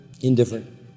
indifferent